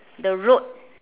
the road